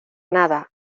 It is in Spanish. nada